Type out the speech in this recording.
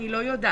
אני לא יודעת.